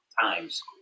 times